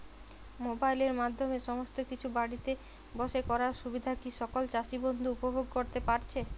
মোবাইলের মাধ্যমে সমস্ত কিছু বাড়িতে বসে করার সুবিধা কি সকল চাষী বন্ধু উপভোগ করতে পারছে?